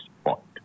spot